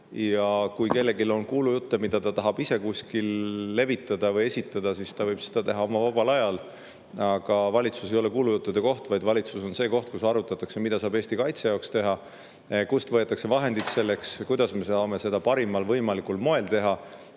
Kui kellelgi on kuulujutte, mida ta tahab kuskil levitada või esitada, siis ta võib seda teha oma vabal ajal. Valitsus ei ole kuulujuttude koht, vaid valitsus on koht, kus arutatakse, mida saab Eesti kaitse jaoks teha, kust võetakse selleks vahendid, kuidas me saame seda parimal võimalikul moel teha.